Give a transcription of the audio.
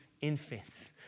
infants